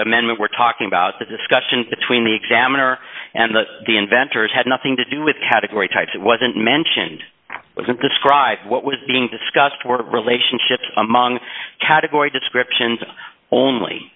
certain men we're talking about the discussion between the examiner and the the inventors had nothing to do with category type that wasn't mentioned wasn't describe what was being discussed were relationships among category descriptions only